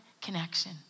connection